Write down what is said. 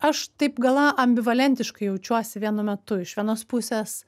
aš taip gal a ambivalentiškai jaučiuosi vienu metu iš vienos pusės